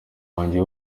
wanjye